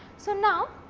so, now,